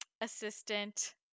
assistant